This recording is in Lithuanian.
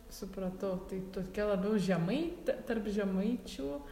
supratau tai tokia labiau žemaitė tarp žemaičių